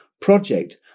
project